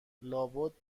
لابد